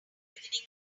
beginning